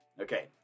Okay